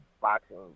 boxing